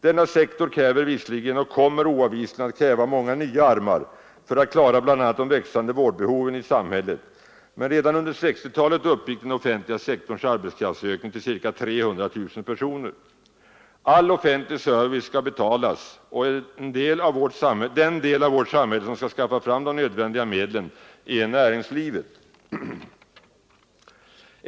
Denna sektor kräver visserligen, och kommer oavvisligen att kräva, många nya armar för att klara bl.a. de växande vårdbehoven i samhället, men redan under 1960-talet uppgick den offentliga sektorns arbetskraftsökning till ca 300 000 personer. All offentlig service skall betalas, och den del av vårt samhälle som skall skaffa fram de nödvändiga medlen är näringslivet.